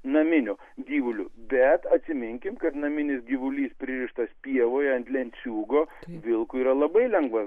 naminiu gyvuliu bet atsiminkim kad naminis gyvulys pririštas pievoje ant lenciūgo vilkui yra labai lengva